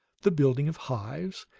the building of hives,